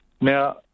Now